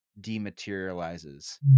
dematerializes